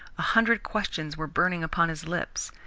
a hundred questions were burning upon his lips.